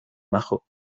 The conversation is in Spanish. majo